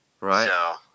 right